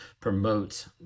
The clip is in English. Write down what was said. promote